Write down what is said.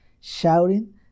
Shouting